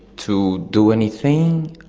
to do anything.